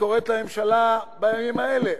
שקורית לממשלה בימים האלה?